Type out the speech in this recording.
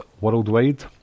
worldwide